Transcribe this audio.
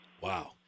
Wow